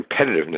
competitiveness